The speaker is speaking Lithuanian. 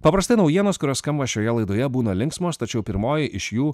paprastai naujienos kurios skamba šioje laidoje būna linksmos tačiau pirmoji iš jų